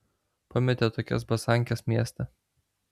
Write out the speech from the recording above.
pametė tokias basankes mieste